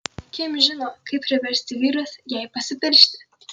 kim žino kaip priversti vyrus jai pasipiršti